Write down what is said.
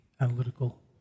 analytical